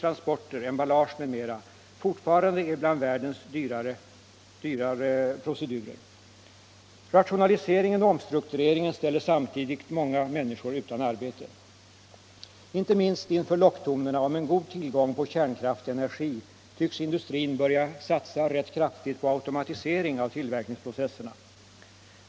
transporter, emballage m.m. fortfarande är bland världens dyrare procedurer. Rationaliseringen och omstruktureringen ställer samtidigt många människor utan arbete. Inte minst inför locktonerna om god tillgång på kärnenergi tycks industrin börja satsa rätt kraftigt på automatisering av tillverkningsprocesserna.